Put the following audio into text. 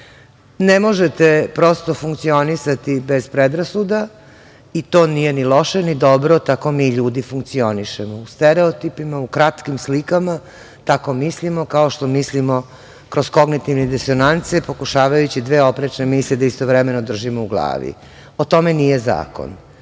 možete prosto funkcionisati bez predrasuda i to nije ni loše ni dobro, tako mi ljudi funkcionišemo, u stereotipima, u kratkim slikama, tako mislimo, kao što mislimo kroz kognitivne disonance, pokušavajući dve oprečne misli da istovremeno držimo u glavi. O tome nije zakon.